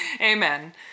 Amen